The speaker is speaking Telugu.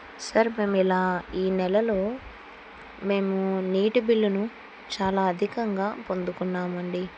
సార్ మేము ఇలా ఈ నెలలో మేము నీటి బిల్లును చాలా అధికంగా పొందుకున్నామండి